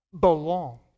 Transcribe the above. Belong